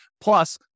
Plus